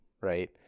right